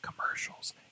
commercials